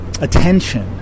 attention